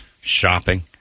shopping